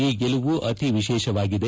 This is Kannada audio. ಈ ಗೆಲುವು ಅತಿ ವಿಶೇಷವಾಗಿದೆ